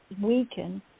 weaken